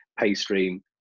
paystream